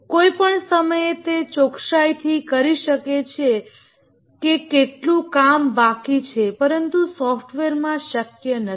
કોઈપણ સમયે તે ચોકસાઇથી કરી શકે છે કે કેટલું કામ બાકી છે પરંતુ સોફ્ટવેરમાં શક્ય નથી